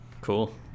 Cool